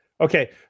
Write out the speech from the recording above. Okay